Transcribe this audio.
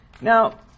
Now